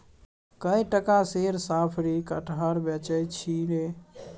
कए टका सेर साफरी कटहर बेचय छी रे